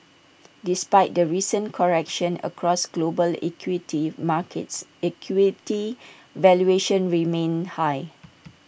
despite the recent correction across global equity markets equity valuations remain high